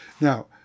Now